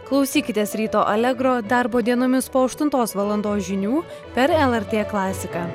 klausykitės ryto allegro darbo dienomis po aštuntos valandos žinių per lrt klasiką